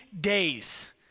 days